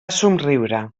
somriure